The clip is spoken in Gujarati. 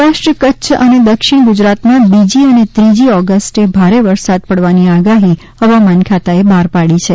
સૌરાષ્ટ્ર કચ્છ અને દક્ષિણ ગુજરાતમાં બીજી અને ત્રીજી ઓગસ્ટે ભારે વરસાદ પડવાની આગાહી હવામાન ખાતાએ બહાર પાડી છે